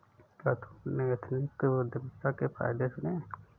क्या तुमने एथनिक उद्यमिता के फायदे सुने हैं?